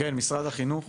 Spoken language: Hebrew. כן, משרד החינוך.